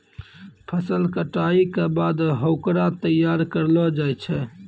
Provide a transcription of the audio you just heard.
फसल कटाई के बाद होकरा तैयार करलो जाय छै